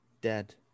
dead